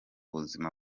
buzima